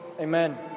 Amen